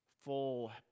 full